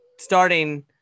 starting